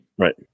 Right